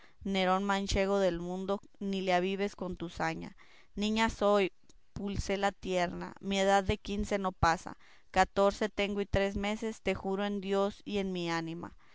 nerón manchego del mundo ni le avives con tu saña niña soy pulcela tierna mi edad de quince no pasa catorce tengo y tres meses te juro en dios y en mi ánima